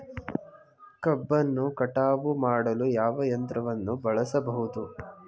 ಕಬ್ಬನ್ನು ಕಟಾವು ಮಾಡಲು ಯಾವ ಯಂತ್ರವನ್ನು ಬಳಸಬಹುದು?